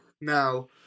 Now